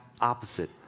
opposite